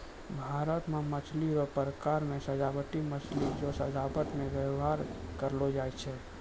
भारत मे मछली रो प्रकार मे सजाबटी मछली जे सजाबट मे व्यवहार करलो जाय छै